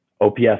OPS